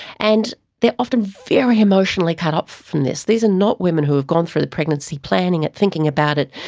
and they are often very emotionally cut off from this. these are not women who have gone through the pregnancy planning it, thinking about it,